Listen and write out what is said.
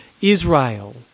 Israel